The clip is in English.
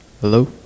Hello